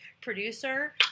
producer